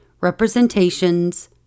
representations